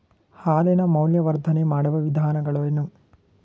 ಹಾಲಿನ ಮೌಲ್ಯವರ್ಧನೆ ಮಾಡುವ ವಿಧಾನಗಳೇನು?